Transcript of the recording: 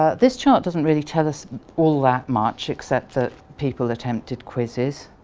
ah this chart doesn't really tell us all that much except that people attempted quizzes.